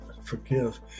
forgive